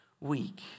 week